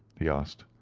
he asked.